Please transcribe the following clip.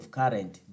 current